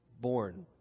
born